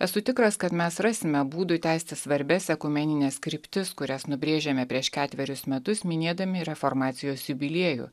esu tikras kad mes rasime būdų tęsti svarbias ekumenines kryptis kurias nubrėžėme prieš ketverius metus minėdami reformacijos jubiliejų